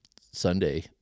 sunday